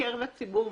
מקרב הציבור,